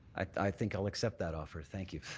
i think i'll accept that offer. thank you.